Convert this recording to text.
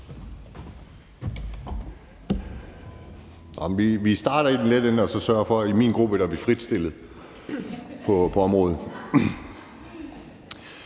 Vi starter i den lette ende – jeg har sørget for, at i min gruppe er vi fritstillet på området!